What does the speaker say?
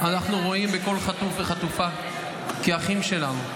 אנחנו רואים בכל חטוף וחטופה אחים שלנו,